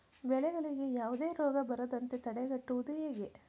ಬೆಳೆಗಳಿಗೆ ಯಾವುದೇ ರೋಗ ಬರದಂತೆ ತಡೆಗಟ್ಟುವುದು ಹೇಗೆ?